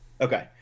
Okay